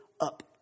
up